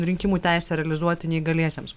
rinkimų teisę realizuoti neįgaliesiems